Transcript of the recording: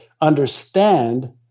understand